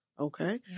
Okay